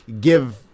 give